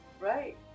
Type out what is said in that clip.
Right